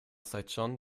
saigon